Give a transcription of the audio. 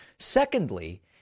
Secondly